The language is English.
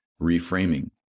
reframing